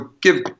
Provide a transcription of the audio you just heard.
give